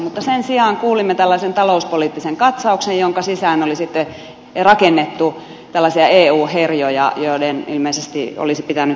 mutta sen sijaan kuulimme tällaisen talouspoliittisen katsauksen jonka sisään oli sitten rakennettu tällaisia eu herjoja joiden ilmeisesti olisi pitänyt naurattaa